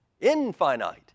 Infinite